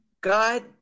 God